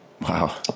Wow